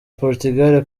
portugal